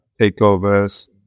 takeovers